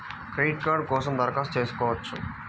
Credit card కోసం దరఖాస్తు చేయవచ్చా?